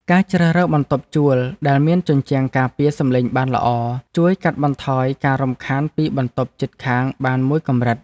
ការជ្រើសរើសបន្ទប់ជួលដែលមានជញ្ជាំងការពារសំឡេងបានល្អជួយកាត់បន្ថយការរំខានពីបន្ទប់ជិតខាងបានមួយកម្រិត។